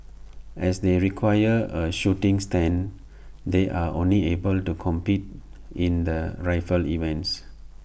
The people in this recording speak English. as they require A shooting stand they are only able compete in the rifle events